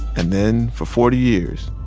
and then, for forty years,